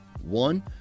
one